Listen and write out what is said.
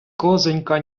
козонька